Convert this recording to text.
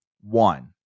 one